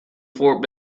fort